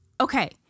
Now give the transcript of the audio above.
Okay